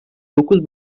dokuz